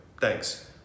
Thanks